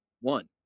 One